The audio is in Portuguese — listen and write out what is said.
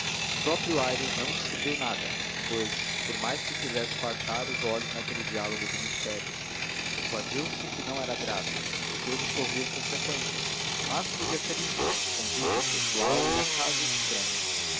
o próprio aires não descobriu nada por mais que quisesse fartar os olhos naquele diálogo de mistérios persuadiu se que não era grave porque eles sorriam com frequência mas podia ser íntimo escondido pessoal e acaso estranho